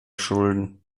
schulden